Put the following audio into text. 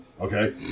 okay